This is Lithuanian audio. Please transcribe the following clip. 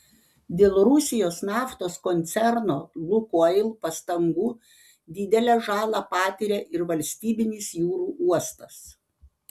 dėl rusijos naftos koncerno lukoil pastangų didelę žalą patiria ir valstybinis jūrų uostas